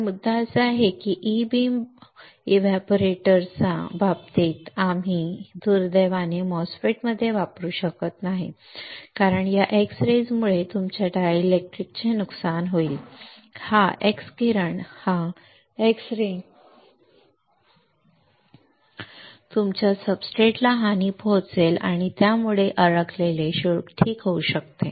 तर मुद्दा असा आहे की ई बीम एव्हपोरेशन च्या बाबतीत आम्ही दुर्दैवाने MOSFET मध्ये वापरू शकत नाही कारण या x किरणांमुळे तुमच्या डायलेक्ट्रिक्स चे नुकसान होईल हा x किरण तुमच्या सब्सट्रेटला हानी पोहोचवेल आणि यामुळे अडकलेले शुल्क ठीक होऊ शकते